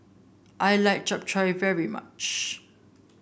I like Japchae very much